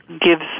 gives